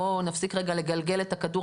בוא נפסיק רגע לגלגל את הכדור,